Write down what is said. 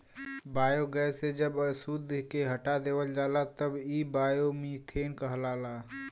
biogas से जब अशुद्धि के हटा देवल जाला तब इ बायोमीथेन कहलाला